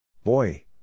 Boy